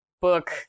book